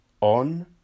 On